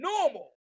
normal